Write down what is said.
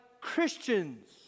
Christians